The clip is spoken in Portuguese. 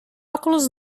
óculos